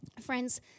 friends